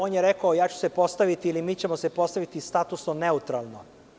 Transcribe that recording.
On je rekao – ja ću se postaviti ili mi ćemo se postaviti statusno neutralno.